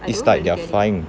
it's like they're flying